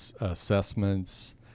assessments